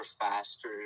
faster